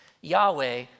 Yahweh